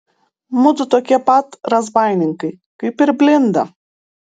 mudu tokie pat razbaininkai kaip ir blinda